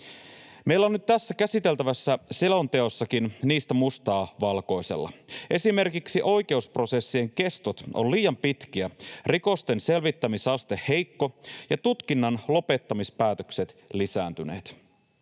Meillä on nyt tässä käsiteltävässä selonteossakin niistä mustaa valkoisella. Esimerkiksi oikeusprosessien kestot ovat liian pitkiä, rikosten selvittämisaste heikko ja tutkinnan lopettamispäätökset lisääntyneet.